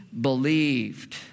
believed